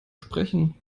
sprechen